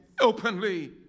Openly